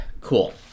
cool